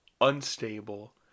unstable